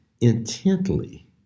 intently